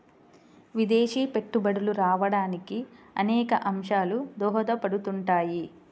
విదేశీ పెట్టుబడులు రావడానికి అనేక అంశాలు దోహదపడుతుంటాయి